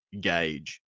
gauge